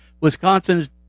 wisconsin's